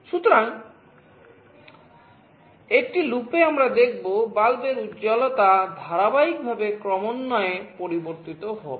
সুতরাং একটি লুপে আমরা দেখব বাল্বের উজ্জ্বলতা ধারাবাহিকভাবে ক্রমান্বয়ে পরিবর্তিত হবে